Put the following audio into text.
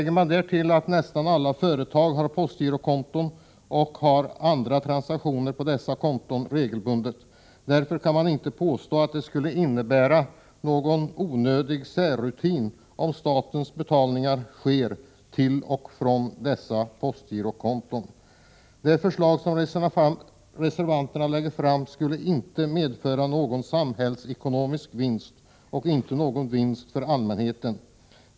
Det kan tilläggas att nästan alla företag har postgirokonton och gör andra transaktioner på dessa konton regelbundet. Därför kan man inte påstå att det skulle innebära någon onödig särrutin om statens betalningar skedde till och från dessa postgirokonton. Det förslag som reservanterna lägger fram skulle inte medföra någon samhällsekonomisk vinst eller någon vinst för allmänheten.